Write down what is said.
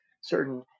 certain